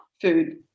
food